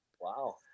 Wow